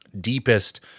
deepest